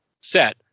set